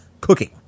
cooking